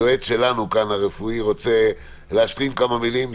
היועץ הרפואי שלנו כאן רוצה להשלים כמה מילים.